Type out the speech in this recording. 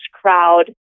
crowd